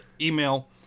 email